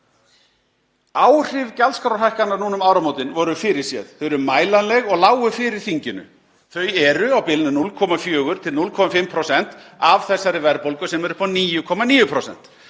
Áhrif gjaldskrárhækkana núna um áramótin voru fyrirséð. Þau eru mælanleg og lágu fyrir þinginu. Þau eru á bilinu 0,4–0,5% af þessari verðbólgu sem er upp á 9,9%.